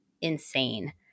insane